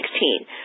2016